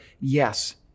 Yes